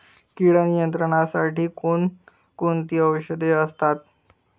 कीड नियंत्रणासाठी कोण कोणती औषधे असतात?